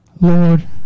Lord